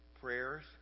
prayers